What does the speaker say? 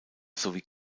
sowie